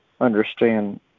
understand